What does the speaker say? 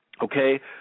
Okay